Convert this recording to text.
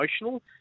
emotional